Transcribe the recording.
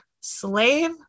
Slave